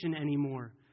anymore